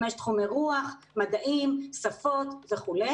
יש תחומי רוח, מדעים, שפות וכו'.